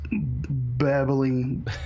babbling